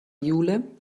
jule